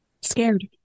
Scared